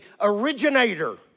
originator